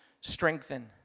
Strengthen